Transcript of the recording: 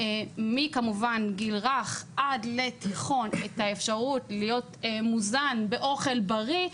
מגיל רך ועד לתיכון את האפשרות להיות מוזן באוכל בריא,